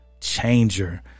changer